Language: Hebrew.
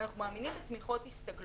אנחנו מאמינים בתמיכות הסתגלות.